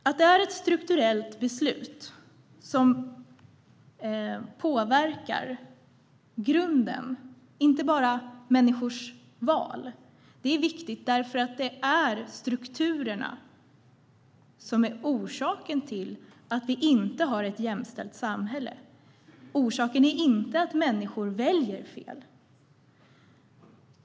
Att det är ett strukturellt beslut som påverkar grunden, inte bara människors val, är viktigt eftersom det är strukturerna som är orsaken till att vi inte har ett jämställt samhälle. Orsaken är inte att människor väljer fel.